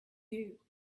you